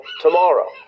tomorrow